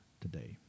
today